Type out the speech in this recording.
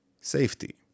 Safety